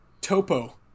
Topo